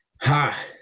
Ha